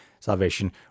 Salvation